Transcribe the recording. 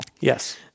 Yes